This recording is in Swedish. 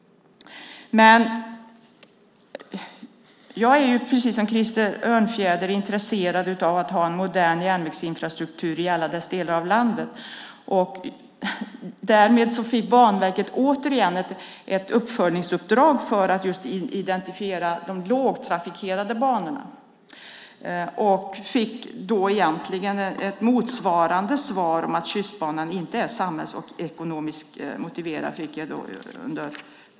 Jag är precis som Krister Örnfjäder intresserad av att ha en modern järnvägsinfrastruktur i alla delar av landet. Därmed fick Banverket återigen ett uppföljningsuppdrag att identifiera de lågtrafikerade banorna. Jag fick då motsvarande svar under förra halvåret, att Tjustbanan inte är samhällsekonomiskt motiverad.